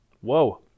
whoa